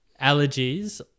allergies